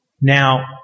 Now